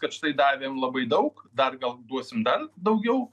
kad štai davėm labai daug dar gal duosim dar daugiau